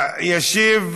8734, 8745 ו-8778.